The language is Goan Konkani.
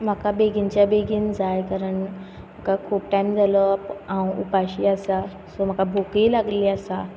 म्हाका बेगिनच्या बेगीन जाय कारण म्हाका खूब टायम जालो हांव उपाशी आसां सो म्हाका भुकीय लागिल्ली आसा